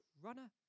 runner